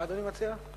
מה אדוני מציע?